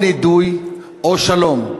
או נידוי או שלום.